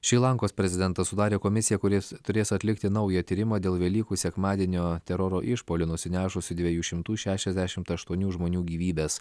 šri lankos prezidentas sudarė komisiją kuris turės atlikti naują tyrimą dėl velykų sekmadienio teroro išpuolių nusinešusių dviejų šimtų šešiasdešimt aštuonių žmonių gyvybes